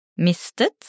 Mistet